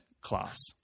class